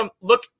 Look